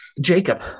Jacob